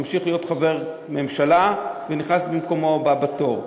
ממשיך להיות חבר ממשלה ונכנס במקומו הבא בתור,